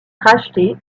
racheté